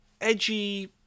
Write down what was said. edgy